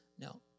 No